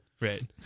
Right